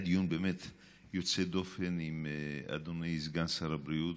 היה דיון באמת יוצא דופן עם אדוני סגן שר הבריאות